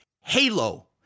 Halo